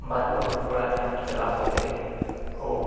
ᱵᱟᱨᱼᱯᱮ ᱦᱚᱲ ᱠᱚᱲᱟ ᱛᱟᱭᱚᱢ ᱪᱟᱞᱟᱣ ᱠᱟᱛᱮᱫ ᱠᱚ